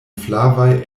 flavaj